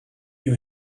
you